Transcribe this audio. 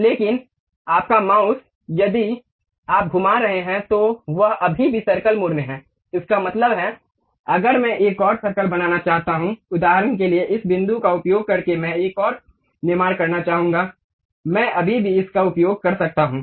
लेकिन आपका माउस यदि आप घुमा रहे हैं तो वह अभी भी सर्कल मोड में है इसका मतलब है अगर मैं एक और सर्कल बनाना चाहता हूं उदाहरण के लिए इस बिंदु का उपयोग करके मैं एक और निर्माण करना चाहूंगा मैं अभी भी इसका उपयोग कर सकता हूं